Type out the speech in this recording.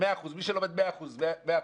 למי שלומד 100% ליבה,